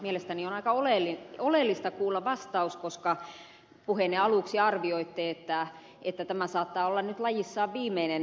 mielestäni on aika oleellista kuulla vastaus koska puheenne aluksi arvioitte että tämä saattaa olla nyt lajissaan viimeinen selonteko